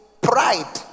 pride